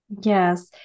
Yes